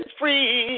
free